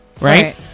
right